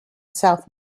south